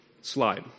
slide